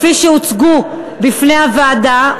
כפי שהוצגו בפני הוועדה,